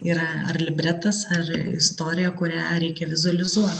yra ar libretas ar istorija kurią reikia vizualizuot